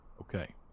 Okay